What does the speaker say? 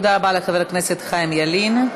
תודה רבה לחבר הכנסת חיים ילין.